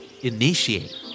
Initiate